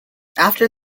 after